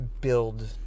build